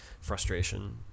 frustration